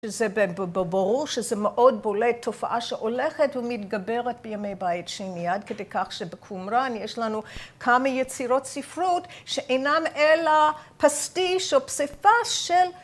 שזה, ברור שזה מאוד בולט תופעה שהולכת ומתגברת בימי בית שני, עד כדי כך שבקומרן יש לנו כמה יצירות ספרות שאינן אלא פסטיש או פספס של